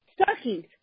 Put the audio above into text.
stockings